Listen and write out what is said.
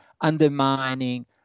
undermining